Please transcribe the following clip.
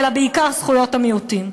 אלא בעיקר זכויות המיעוטים.